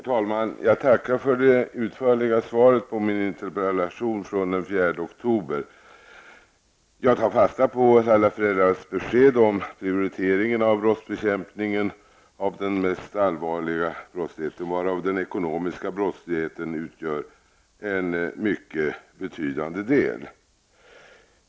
Herr talman! Jag tackar för det utförliga svaret på min interpellation från den 4 oktober. Jag tar fasta på Laila Freivalds besked om prioriteringen i brottsbekämpningen av den mest allvarliga brottsligheten, varav den ekonomiska brottsligheten utgör en mycket betydande del.